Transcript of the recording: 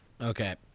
Okay